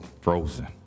Frozen